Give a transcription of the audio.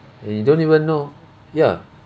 and you don't even know ya